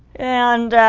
and